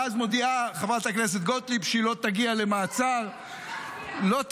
ואז מודיעה חברת הכנסת גוטליב שהיא לא תגיע למעצר -- לא אגיע.